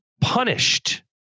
punished